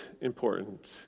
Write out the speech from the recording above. important